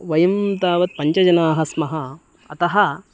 वयं तावत् पञ्चजनाः स्मः अतः